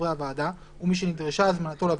חברי הוועדה ומי שנדרשה הזמנתו לוועדה,